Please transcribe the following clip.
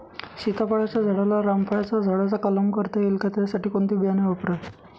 सीताफळाच्या झाडाला रामफळाच्या झाडाचा कलम करता येईल का, त्यासाठी कोणते बियाणे वापरावे?